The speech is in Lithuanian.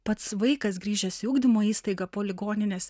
pats vaikas grįžęs į ugdymo įstaigą po ligoninės